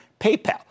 PayPal